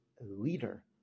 leader